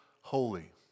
holy